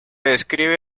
describe